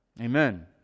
Amen